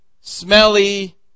smelly